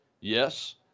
Yes